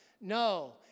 No